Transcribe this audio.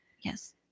Yes